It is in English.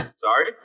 Sorry